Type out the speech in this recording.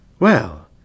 Well